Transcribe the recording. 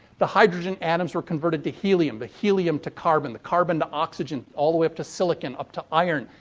the hydrogen atoms were converted to helium. the helium to carbon. the carbon to oxygen. all the way up to silicon. up to iron.